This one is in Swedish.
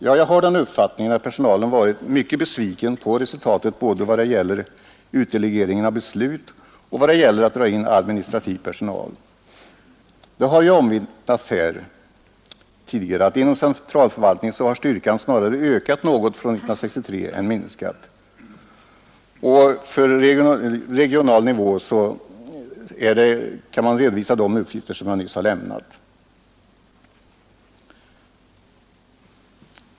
Jag har den uppfattningen att personalen blivit mycket besviken på resultatet, både när det gäller utdelegeringen av beslut och när det gäller att dra in administrativ personal. Det har ju omvittnats här tidigare att inom centralförvaltningen har styrkan snarare ökat något från 1963 än minskat. På den regionala nivån kan man redovisa de uppgifter jag nyss lämnat.